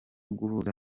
guhuza